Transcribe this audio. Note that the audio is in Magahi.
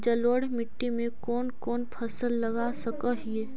जलोढ़ मिट्टी में कौन कौन फसल लगा सक हिय?